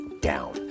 down